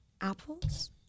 apples